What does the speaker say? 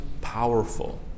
powerful